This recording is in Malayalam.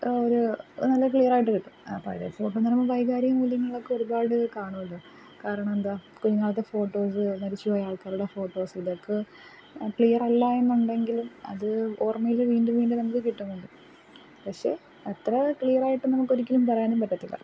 ആ ഒരു നല്ല ക്ലിയറായിട്ട് കിട്ടും ആ പഴയ ഫോട്ടോയെന്ന് പറയുമ്പം വൈകാരിക മൂല്യങ്ങളൊക്കെ ഒരുപാട് കാണുമല്ലോ കാരണം എന്താ കുഞ്ഞുനാളിത്തെ ഫോട്ടോസ് മരിച്ചു പോയ ആൾക്കാറുടെ ഫോട്ടോസ് ഇതൊക്കെ ക്ലിയറല്ല എന്നുണ്ടെങ്കിലും അത് ഓർമ്മയിൽ വീണ്ടും വീണ്ടും നമുക്ക് കിട്ടന്നുണ്ട് പക്ഷേ അത്ര ക്ലിയറായിട്ട് നമുക്കൊരിക്കലും പറയാനും പറ്റത്തില്ല